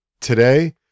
Today